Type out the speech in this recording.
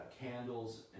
candles